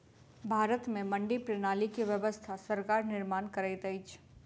भारत में मंडी प्रणाली के व्यवस्था सरकार निर्माण करैत अछि